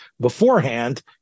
beforehand